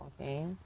okay